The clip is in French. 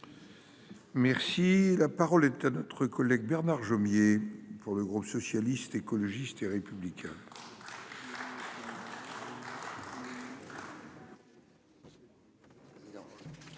Merci la parole est à notre collègue Bernard Jomier. Pour le groupe socialiste, écologiste et républicain.--